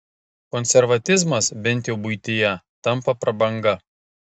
konservatizmas bent jau buityje tampa prabanga